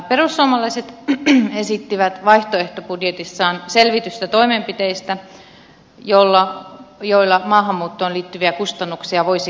perussuomalaiset esittivät vaihtoehtobudjetissaan selvitystä toimenpiteistä joilla maahanmuuttoon liittyviä kustannuksia voisi karsia